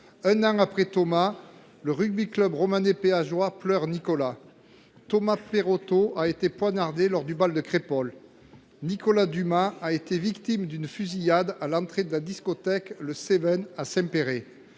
pleuré Thomas, le Rugby Club Romanais Péageois pleure Nicolas. Thomas Perotto a été poignardé lors du bal de Crépol ; Nicolas Dumas a été victime d’une fusillade à l’entrée de la discothèque Le Seven, à Saint Péray.